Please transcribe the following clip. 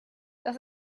das